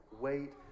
wait